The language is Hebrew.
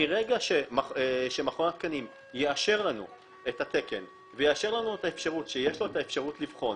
מרגע שמכון התקנים יאשר לנו את התקן ויאשר לנו שיש לו אפשרות לבחון